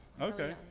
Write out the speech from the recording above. Okay